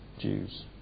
Jews